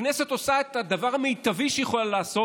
הכנסת עושה את הדבר המיטבי שהיא יכולה לעשות,